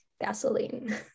Gasoline